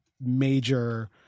major